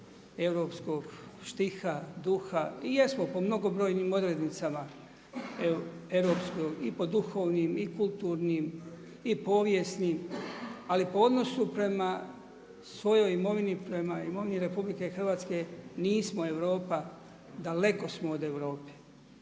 europskog štiha, duha i jesmo po mnogobrojnim odrednicama europskog i po duhovnim i kulturnim i povijesnim, ali po odnosu prema svojoj imovini, prema imovini RH nismo Europa, daleko smo od Europe.